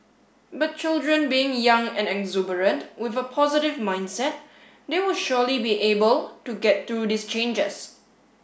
but children being young and exuberant with a positive mindset they will surely be able to get through these changes